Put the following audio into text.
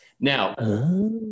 now